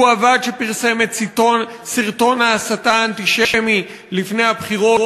הוא הוועד שפרסם את סרטון ההסתה האנטישמי לפני הבחירות,